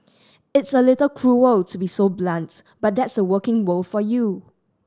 it's a little cruel to be so blunts but that's the working world for you